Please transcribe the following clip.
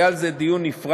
היה על זה דיון נפרד.